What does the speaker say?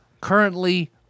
currently